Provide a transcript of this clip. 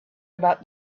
about